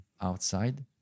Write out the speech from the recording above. outside